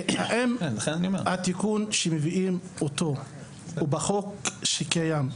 האם התיקון שמביאים אותו הוא בחוק שקיים?